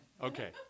Okay